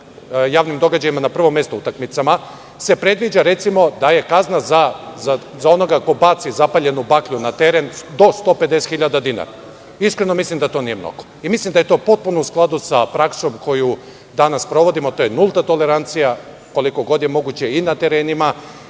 javnim događajima, na prvom mestu utakmicama, predviđa kazna za onoga ko baci zapaljenu baklju na teren do 150.000 dinara. Iskreno, mislim da to nije mnogo. Mislim da je to potpuno u skladu sa praksom koju danas sprovodimo, a to je nulta tolerancija, koliko god je moguće, na terenima,